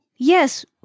Yes